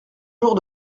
jours